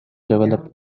developed